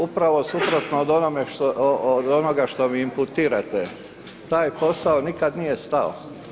Upravo suprotno od onoga što mi imputirate, taj posao nikada nije stao.